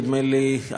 נדמה לי,